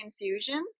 infusion